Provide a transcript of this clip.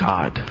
God